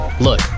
look